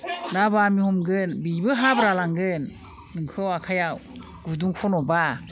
ना बामि हमगोन बिबो हाब्रा लांगोन नोंखौ आखाइयाव गुदुं खन'ब्ला